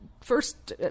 first